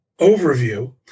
overview